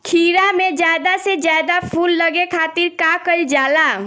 खीरा मे ज्यादा से ज्यादा फूल लगे खातीर का कईल जाला?